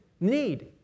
need